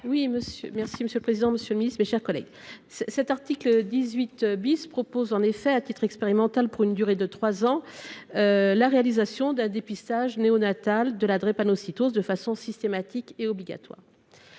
merci monsieur le président, Monsieur le Ministre, mes chers collègues, cet article 18 bis propose en effet à titre expérimental, pour une durée de 3 ans, la réalisation d'un dépistage néonatal de la drépanocytose de façon systématique et obligatoire